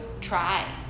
try